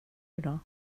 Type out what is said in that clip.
idag